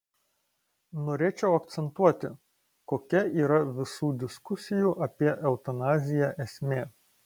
norėčiau akcentuoti kokia yra visų diskusijų apie eutanaziją esmė